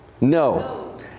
No